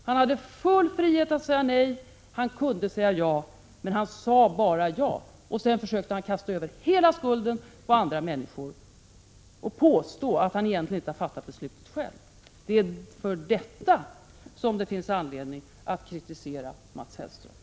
Han hade full frihet att säga nej, och han kunde säga ja. Men han sade bara ja, och sedan försökte han kasta över hela skulden på andra människor och påstå att han egentligen inte hade fattat beslutet själv. Det är för detta som det finns anledning att kritisera Mats Hellström.